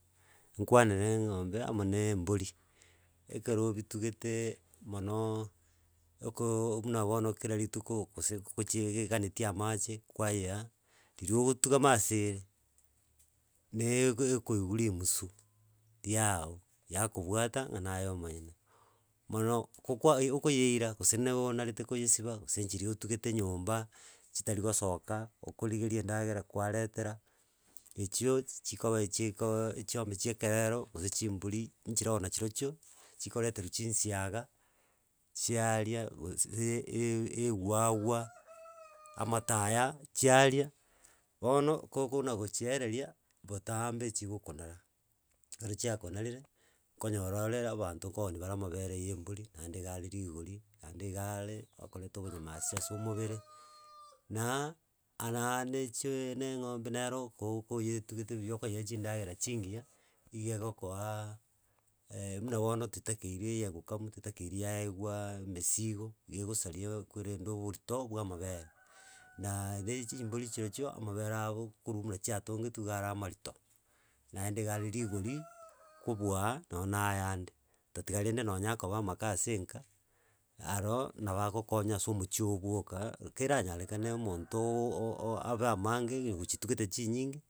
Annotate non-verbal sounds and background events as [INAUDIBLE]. Obotugi bwa engombe ne embori. Ikwanere. Engombe amo ne embori. Ekero obitugete mon, okoo buna bono. kera rituko. Gosee ne eganetie amache. kwayea. riria ogotugama asere. Ne. e koigwa rimusu. riao. Yakobwata buna nganaye omoyene. Mono gokonyeira. gose nonarete koyesiba. gose chiria otugete nyomba. chitari gosoka. okorigeria endagera. kwaretera. echio chikoba. chiombe chia ekerero. gose chibori chire na chirochio chikoreterwa chinsiaga. chiaria. gose. e- e- eewawa. amataya aya. `chiaria. Bonogee gogokona gochiereria. botambe erichia chigokonara. Ekero chia konarire. konyora ore abanto. kooni bare amabere yembori naende. are rigori. Naende igare, okoreta obonyamasi ase omobere. Na naende naa engombe nero ko enyetugete buya. okenyea chindagera chingiya. igo egokoa. [HESITATION] Buna bono. titakeiri enyegokamwa. titakeiri ya egwaa, emesigo igo egosaria. ekwarete. oboritoo bwa amabere. Naaa chibori chirochio amabere abo. koru buna chiangatwongetu. amabere abo nigare amarito. Naende nigare rigori. kobua. nonya ayaaende. Tatinga rende nonyagokomba amake ase enka. aro naboagokonya ase omochie oo, bwoka. Keranyarekane. omonto. Oo abe amange. onye gochitugete chinyige.